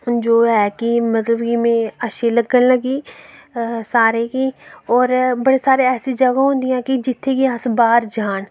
जो ऐ कि में अच्छी लग्गन लगी सारें गी और बड़ी सारी ऐसियां जगांह् होंदियां कि जित्थें कि अस बाह्र जान